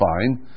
fine